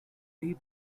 day